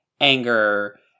anger